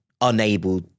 unable